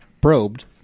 probed